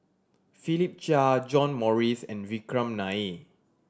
Philip Chia John Morrice and Vikram Nair